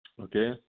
Okay